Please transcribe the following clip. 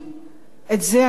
את זה אני לא מבינה.